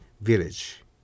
village